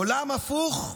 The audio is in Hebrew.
"עולם הפוך",